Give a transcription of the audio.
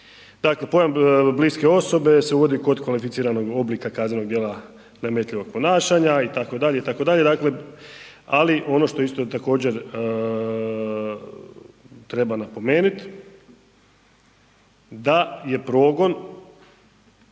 Dakle pojam bliske osobe se uvodi kod kvalificiranog oblika kaznenog djela nametljivog ponašanja itd., itd., dakle ali ono što isto također treba napomenut da je progon